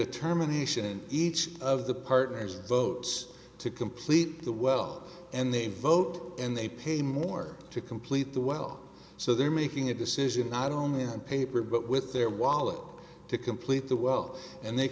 determination each of the partners votes to complete the well and they vote and they pay more to complete the well so they're making a decision not only on paper but with their wallet to complete the well and they